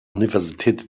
universität